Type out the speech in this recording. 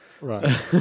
Right